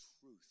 truth